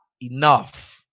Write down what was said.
enough